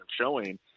showing